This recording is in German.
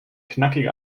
knackige